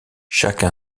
chaque